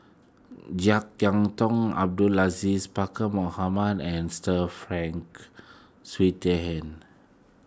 Jek Yeun Thong Abdul Aziz Pakkeer Mohamed and Sir Frank Swettenham